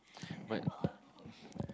but